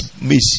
miss